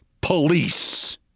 police